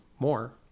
more